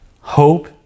hope